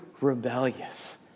rebellious